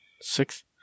Six